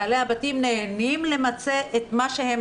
בעלי הבתים נהנים למצות את מה שהם